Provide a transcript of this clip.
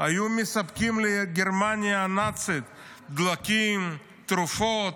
היו מספקים לגרמניה הנאצית דלקים, תרופות,